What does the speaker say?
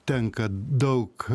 tenka daug